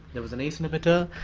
there was an ace inhibitor,